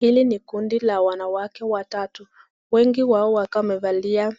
Hili ni kundi la wanawake watatu wengi wao wakiwa wamevalia